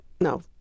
no